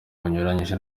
bunyuranyije